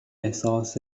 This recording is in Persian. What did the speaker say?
احساس